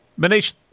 manish